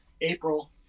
April